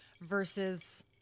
versus